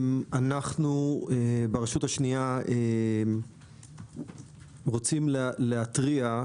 אנחנו ברשות השנייה רוצים להתריע,